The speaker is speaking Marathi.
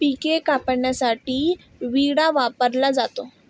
पिके कापण्यासाठी विळा वापरला जातो